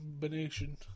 combination